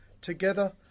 Together